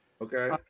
Okay